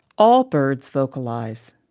all birds vocalize.